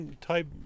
type